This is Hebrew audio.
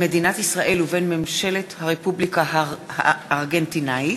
מדינת ישראל ובין ממשלת הרפובליקה הארגנטינית,